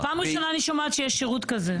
פעם ראשונה אני שומעת שיש שירות כזה במשרד הבריאות.